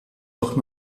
doch